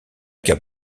cas